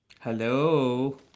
Hello